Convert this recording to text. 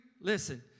listen